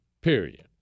period